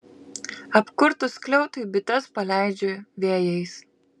apkurtus skliautui bites paleidžiu vėjais